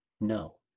No